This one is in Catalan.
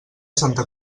santa